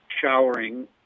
showering